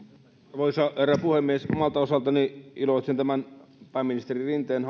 arvoisa herra puhemies omalta osaltani iloitsen pääministeri rinteen